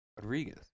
Rodriguez